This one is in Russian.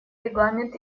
регламент